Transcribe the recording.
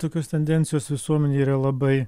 tokios tendencijos visuomenėj yra labai